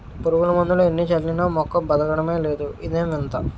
పురుగుమందులు ఎన్ని చల్లినా మొక్క బదకడమే లేదు ఇదేం వింత?